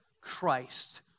Christ